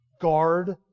Guard